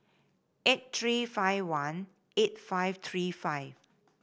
eight three five one eight five three five